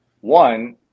One